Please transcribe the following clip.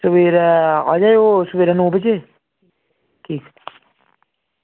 सबैह्रे ओह् आयो सबेरै नौ बजे ठीक